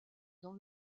dans